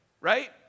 right